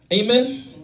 Amen